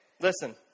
listen